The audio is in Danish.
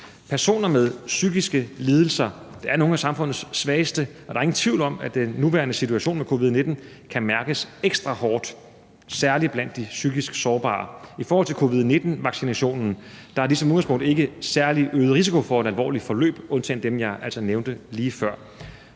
Personer med psykiske lidelser er nogle af samfundets svageste, og der er ingen tvivl om, at den nuværende situation med covid-19 kan mærkes ekstra hårdt blandt de psykisk sårbare. I forhold til covid-19-vaccinationen har de som udgangspunkt ikke en særlig øget risiko for et alvorligt forløb, undtagen dem, jeg altså nævnte lige før.